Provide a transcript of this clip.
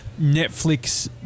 Netflix